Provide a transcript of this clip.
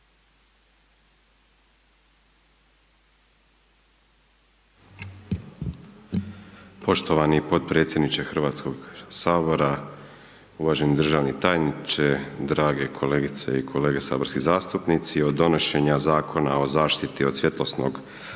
Poštovani potpredsjedniče Hrvatskog sabora, uvaženi državni tajniče, drage kolegice i kolege saborski zastupnici. Od donošenja Zakona o zaštiti od svjetlosnog